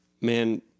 man